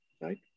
right